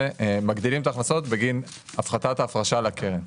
מגדילים את ההכנסות בגין הפחתת ההפרשה לקרן.